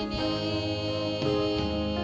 a